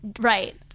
Right